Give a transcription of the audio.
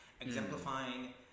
exemplifying